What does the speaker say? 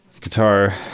guitar